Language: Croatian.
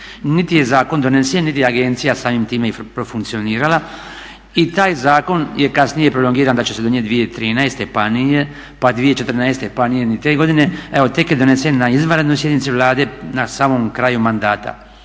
Niti je zakon donesen, niti je agencija samim time i profunkcionirala i taj zakon je kasnije prolongiran da će se donijet 2013. pa nije, pa 2014. pa nije ni te godine. Evo tek je donesen na izvanrednoj sjednici Vlade na samom kraju mandatu.